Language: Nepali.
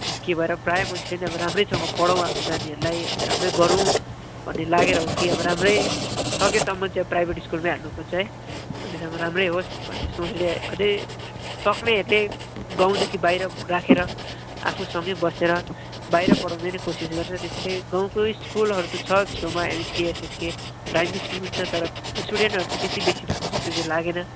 अब के भएर प्रायः मान्छे नै अब राम्रैसँग पढाउँ आफ्नो नानीहरूलाई अब राम्रै गरौँ भन्ने लागेर हो कि अब राम्रै सकेसम्म चाहिँ प्राइभेट स्कुलमै हाल्नु खोज्छ है सकेसम्म राम्रै होस् भन्ने सोचले अझै सक्नेहरूले गाउँदेखि बाहिर राखेर आफू सँगै बसेर बाहिर पढाउने नै कोसिस गर्छ त्यसैले गाउँकै स्कुलहरू त छ छेउमा एमएसके एसएसके प्राइभेट स्कुल पनि छ तर स्टुडेन्टहरू चाहिँ त्यत्ति बेसी भएको जस्तो चाहिँ लागेन